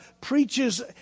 preaches